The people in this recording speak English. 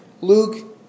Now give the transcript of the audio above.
Luke